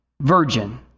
virgin